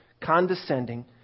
condescending